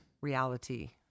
reality